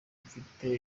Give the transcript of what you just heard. mfite